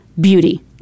beauty